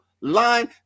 line